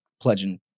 pledging